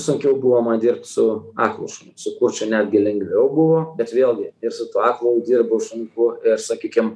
sunkiau buvo man dirbt su aklu šunim su kurčiu netgi lengviau buvo bet vėlgi ir su tuo aklu dirbau šuniuku ir sakykim